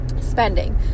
spending